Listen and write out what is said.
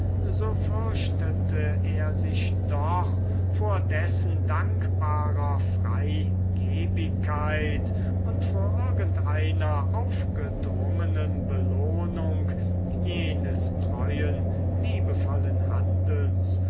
so fürchtete er sich doch vor dessen dankbarer freigebigkeit und vor irgendeiner aufgedrungenen belohnung jenes treuen liebevollen handelns